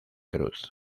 cruz